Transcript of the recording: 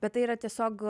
tai yra tiesiog